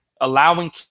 allowing